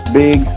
big